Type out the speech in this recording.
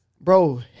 Bro